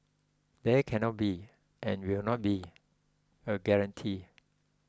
there cannot be and will not be a guarantee